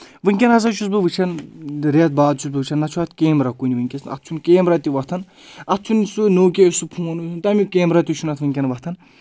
وٕنکؠن ہَسا چھُس بہٕ وٕچھَان رؠتھ باد چھُس بہٕ وٕچھَان نہ چھُ اَتھ کیمرہ کُنہِ وٕنکیٚس اَتھ چھُنہٕ کیمرا تہِ وۄتھان اَتھ چھُنہٕ سُہ نوکیا سُہ فون تَمیُک کیمرہ تہِ چھُنہٕ اَتھ وٕنکؠن وۄتھان